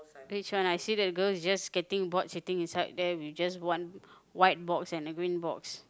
page one I see the girl is just getting bored seating inside there with just one white box and the green box